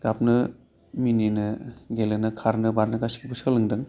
गाबनो मिनिनो गेलेनो खारनो बारनो गासैखौबो सोलोंदों